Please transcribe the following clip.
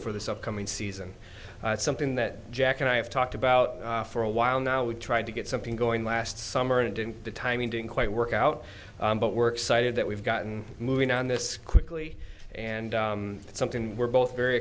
for this upcoming season something that jack and i have talked about for a while now we tried to get something going last summer and didn't the timing didn't quite work out but work cited that we've gotten moving on this quickly and it's something we're both very